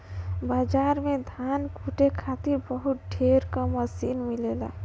बाजार में धान कूटे खातिर बहुत ढेर क मसीन मिलेला